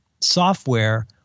software